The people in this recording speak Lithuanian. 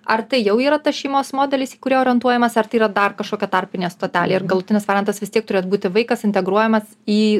ar tai jau yra tas šeimos modelis į kurį orientuojamas ar tai yra dar kažkokia tarpinė stotelė ir galutinis variantas vis tiek turėt būti vaikas integruojamas į